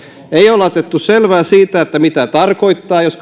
ei ole otettu selvää siitä mitä tarkoittaa jos